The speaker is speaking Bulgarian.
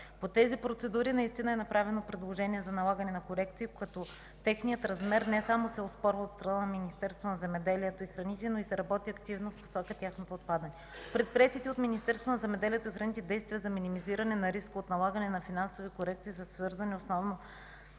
По тези процедури наистина е направено предложение за налагане на корекции, като техният размер не само се оспорва от страна на Министерството на земеделието и храните, но и се работи активно в посока на тяхното отпадане. Предприетите от Министерството на земеделието и храните действия за минимизиране на риска от налагане на финансови корекции са свързани основно